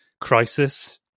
crisis